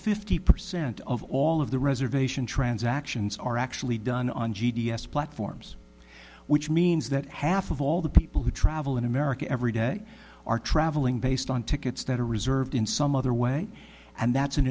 fifty percent of all of the reservation transactions are actually done on g d s platforms which means that half of all the people who travel in america every day are travelling based on tickets that are reserved in some other way and that's an